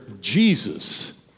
Jesus